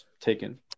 taken